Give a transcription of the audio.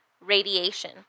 radiation